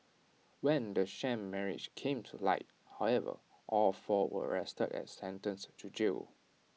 when the sham marriage came to light however all four were arrested and sentenced to jail